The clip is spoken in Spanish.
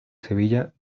sevilla